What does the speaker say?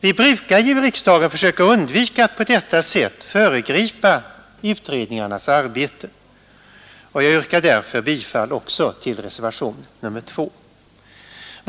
Vi brukar ju i riksdagen försöka undvika att på detta sätt föregripa utredningarnas arbete. Jag yrkar därför, herr talman, bifall också till reservationen 2.